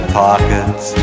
pockets